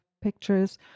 pictures